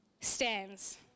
stands